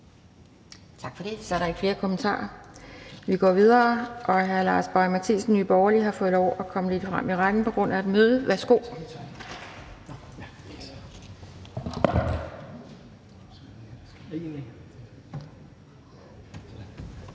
Tak for det. Så er der ikke flere kommentarer. Vi går videre, og hr. Lars Boje Mathiesen, Nye Borgerlige, har fået lov til at komme lidt frem i rækken på grund af et møde. Værsgo. Kl.